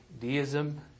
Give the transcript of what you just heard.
deism